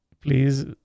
Please